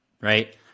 right